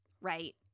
right